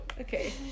Okay